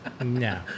no